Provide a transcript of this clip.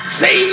say